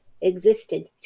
existed